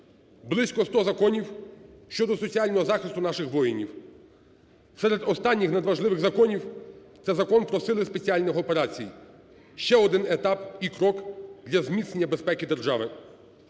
Близько ста законів щодо соціального захисту наших воїнів, серед останніх надважливих законів – це Закон про Сили спеціальних операцій, ще один етап і крок для зміцнення безпеки держави.